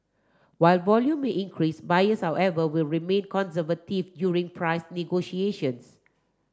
while volume may increase buyers however will remain conservative during price negotiations